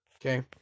Okay